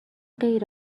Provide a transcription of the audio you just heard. غیر